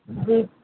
जी